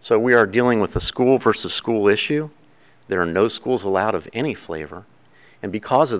so we are dealing with a school versus school issue there are no schools allowed of any flavor and because of